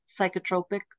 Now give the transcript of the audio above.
psychotropic